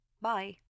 Bye